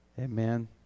Amen